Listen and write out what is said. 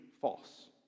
false